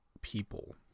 people